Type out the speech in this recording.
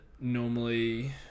normally